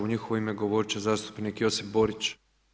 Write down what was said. U njihovo ime govoriti će zastupnik Josip Borić.